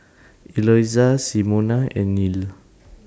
Eloisa Simona and Neal